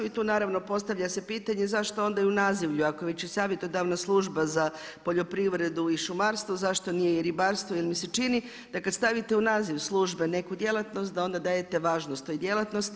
I tu naravno postavlja se pitanje zašto onda i u nazivlju ako već i savjetodavna služba za poljoprivredu i šumarstvo zašto nije i ribarstvo jer mi se čini da kada stavite u naziv službe neku djelatnost da onda dajete važnost toj djelatnosti.